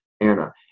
Anna